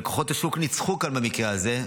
וכוחות השוק ניצחו כאן במקרה הזה,